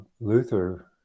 Luther